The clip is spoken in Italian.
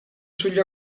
sugli